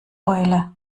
eule